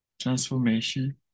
transformation